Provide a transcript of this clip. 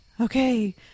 okay